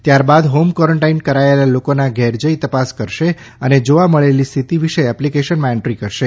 ત્યારબાદ home quarantine કરાયેલા લોકોના ઘેર જઈને તપાસ કરશે ને જોવા મળેલી સ્થિતિ વિશે એપ્લીકેશનમાં એન્દ્રી કરશે